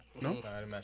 no